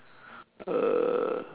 uh